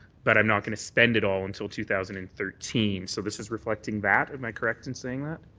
but i'm not going to spend it all until two thousand and thirteen. so this is reflecting back. am i correct in saying that?